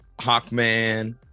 hawkman